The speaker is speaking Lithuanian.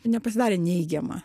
nepasidarė neigiama